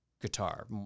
guitar